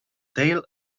tale